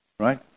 right